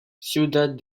ciudad